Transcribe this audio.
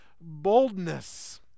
boldness